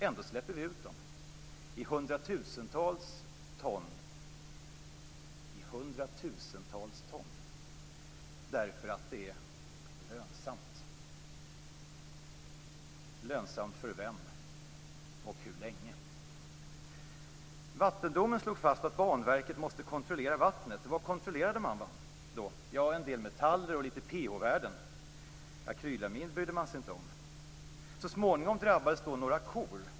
Ändå släpper vi ut dem i hundratusentals - hundratusentals - ton! Det är för att det är lönsamt. Lönsamt för vem och hur länge? Vattendomen slog fast att Banverket måste kontrollera vattnet. Vad kontrollerades då i vattnet? Jo, en del metaller och litet pH-värden. Akrylamid brydde man sig inte om. Så småningom drabbades några kor.